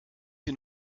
sie